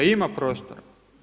Ima prostora.